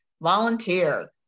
Volunteer